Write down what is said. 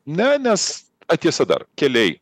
ne nes tiesa dar keliai